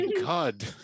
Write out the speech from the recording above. God